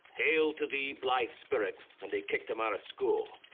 hail to thee, blithe spirit, and they kicked him out of school.